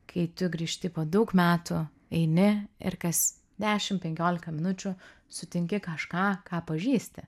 kai tu grįžti po daug metų eini ir kas dešim penkiolika minučių sutinki kažką ką pažįsti